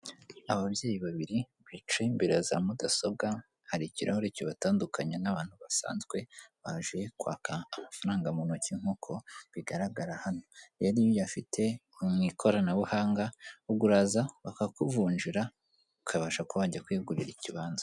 Ababyeyi babiri bicaye imbere ya za mudasobwa hari ikirahure kibatandukanya n'abantu basanzwe baje kwaka amafaranga mu ntoki nk'uko bigaragara hano, rero iyo uyafite mu ikoranabuhanga ubwo uraza bakakuvunjira ukabasha kuba wajya kwigurira ikibanza.